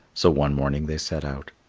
so one morning they set out.